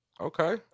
Okay